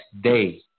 day